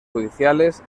judiciales